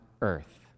earth